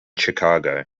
chicago